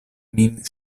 min